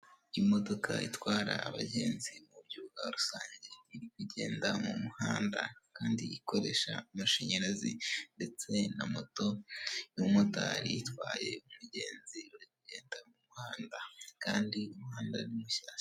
Imodoka itwara abangenzi mu buryo bya rusange, iri kungenda mu muhanda Kandi ikoresha amashanyarazi. Ndetse na moto y'umumotari utwaye umugenzi, uri kungenda mu muhanda Kandi umuhanda ni mushyashya.